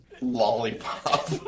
lollipop